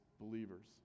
believers